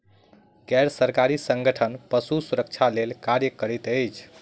गैर सरकारी संगठन पशु सुरक्षा लेल कार्य करैत अछि